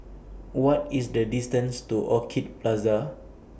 What IS The distance to Orchid Plaza